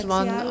one